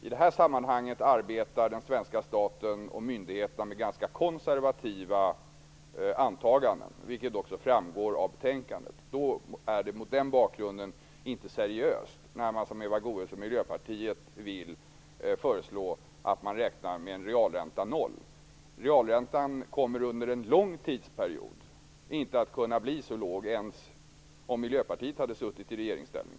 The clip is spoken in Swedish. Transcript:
I detta sammanhang arbetar den svenska staten och myndigheterna med ganska konservativa antaganden, vilket också framgår av betänkandet. Det är mot den bakgrunden inte seriöst när man som Eva Goës och Miljöpartiet föreslår en realränta på 0 %. Realräntan kommer under en lång tidsperiod inte att kunna bli så låg - inte ens om Miljöpartiet hade suttit i regeringsställning.